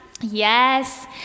Yes